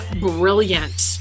brilliant